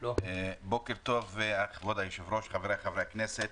בוקר טוב, כבוד היושב-ראש, חבריי חברי הכנסת.